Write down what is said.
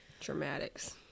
dramatics